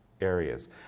areas